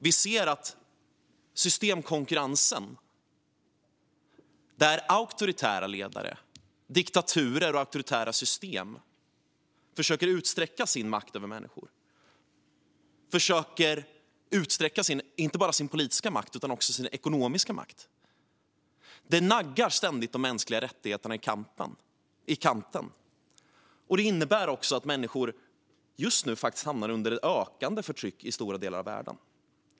Vi ser att systemkonkurrensen, där auktoritära ledare, diktaturer och auktoritära system försöker utsträcka sin makt över människor och inte bara sin politiska makt utan också sin ekonomiska makt. Det naggar ständigt de mänskliga rättigheterna i kanten. Det innebär också att människor just nu faktiskt hamnar under ett ökande förtryck i stora delar av världen.